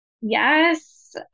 yes